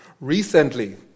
Recently